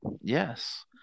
Yes